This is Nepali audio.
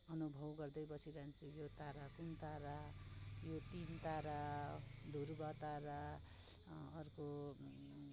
अनुभव गर्दै बसिरहन्छु यो तारा कुन तारा यो तिन तारा ध्रुवतारा अर्को